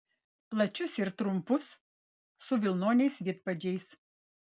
plačius ir trumpus su vilnoniais vidpadžiais